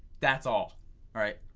that's all, all right.